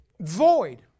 void